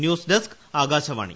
news desk Akashvani